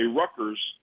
Rutgers